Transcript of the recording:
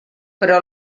però